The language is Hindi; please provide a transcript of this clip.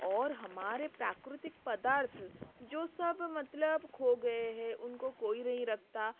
और हमारे प्राकृतिक पदार्थ जो सब मतलब खो गये है उनको कोई नहीं रखता